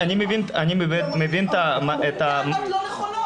אומרים טענות לא נכונות.